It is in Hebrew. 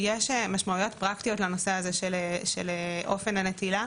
יש משמעויות פרקטיות לנושא הזה של אופן הנטילה.